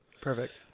Perfect